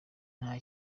nta